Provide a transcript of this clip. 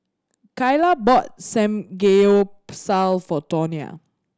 Kaila bought Samgeyopsal for Tonia